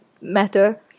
matter